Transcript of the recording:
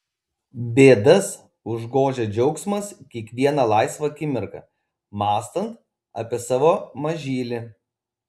bėdas užgožia džiaugsmas kiekvieną laisvą akimirką mąstant apie savo mažylį